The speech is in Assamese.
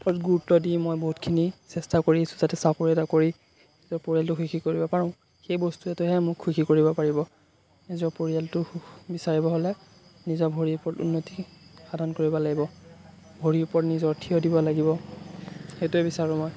ওপৰত গুৰুত্ব দি মই বহুতখিনি চেষ্টা কৰি আছোঁ যাতে চাকৰি এটা কৰি নিজৰ পৰিয়ালটো সুখী কৰিব পাৰোঁ সেই বস্তুটোৱেহে মোক সুখী কৰিব পাৰিব নিজৰ পৰিয়ালটোৰ সুখ বিচাৰিব হ'লে নিজৰ ভৰিৰ ওপৰত উন্নতি সাধন কৰিব লাগিব ভৰিৰ ওপৰত নিজৰ থিয় দিব লাগিব সেইটোৱে বিচাৰোঁ মই